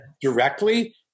directly